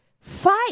fight